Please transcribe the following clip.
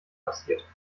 passiert